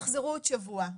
'תחזרו עוד שבוע,